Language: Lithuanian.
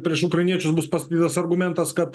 prieš ukrainiečius bus pastatytas argumentas kad